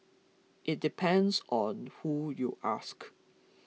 it depends on who you ask